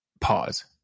pause